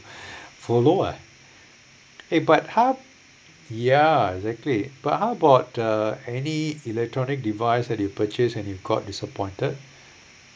follow ah eh but how ya exactly but how about uh any electronic device that you purchase and you got disappointed